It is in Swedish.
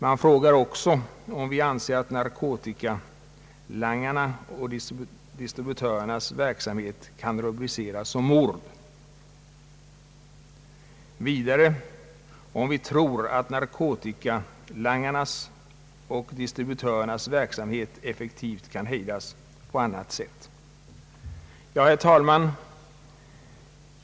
Man frågar också, om vi anser att narkotikalangarnas och = distributörernas verksamhet kan rubriceras som mord. Slutligen frågas, om vi tror att narkotikalangarnas och distributörernas verksamhet effektivt kan hejdas på annat sätt. Herr talman!